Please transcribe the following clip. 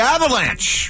Avalanche